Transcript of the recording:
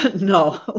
No